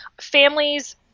Families